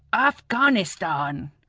afghanistan.